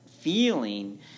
feeling